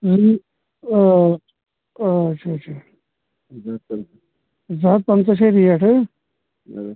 آ آ اچھا اچھا زٕ ہَتھ پنٛژاہ چھےٚ ریٹ ہٕنٛہ